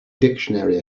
dictionary